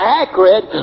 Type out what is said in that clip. accurate